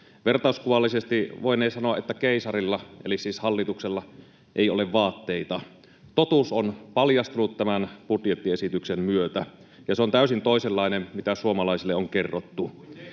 Vertauskuvallisesti voinee sanoa, että keisarilla, eli siis hallituksella, ei ole vaatteita. Totuus on paljastunut tämän budjettiesityksen myötä, ja se on täysin toisenlainen kuin mitä suomalaisille on kerrottu.